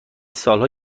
سالها